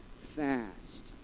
fast